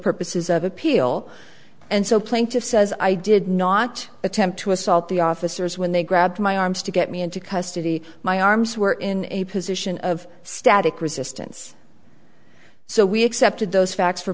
purposes of appeal and so plaintiff says i did not attempt to assault the officers when they grabbed my arms to get me into custody my arms were in a position of static resistance so we accepted those facts for